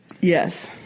Yes